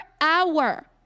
hour